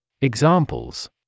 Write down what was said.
Examples